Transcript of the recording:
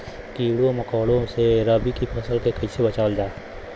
कीड़ों मकोड़ों से रबी की फसल के कइसे बचावल जा?